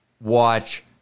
watch